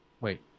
Wait